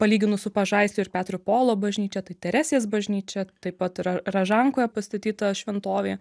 palyginus su pažaisliu ir petro ir povilo bažnyčia tai teresės bažnyčia taip pat yra ražankoje pastatyta šventovė